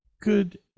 Good